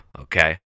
Okay